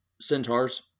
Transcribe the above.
Centaurs